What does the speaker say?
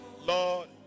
Lord